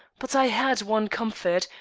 but i had one comfort.